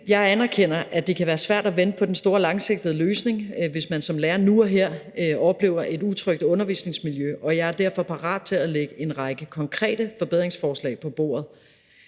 Jeg anerkender, at det kan være svært at vente på den store, langsigtede løsning, hvis man som lærer nu og her oplever et utrygt undervisningsmiljø, og jeg er derfor parat til at lægge en række konkrete forbedringsforslag på bordet.